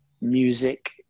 music